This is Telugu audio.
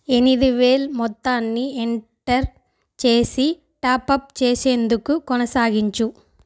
ఎనిమిదివేలు మొత్తాన్ని ఎంటర్ చేసి టాపప్ చేసేందుకు కొనసాగించు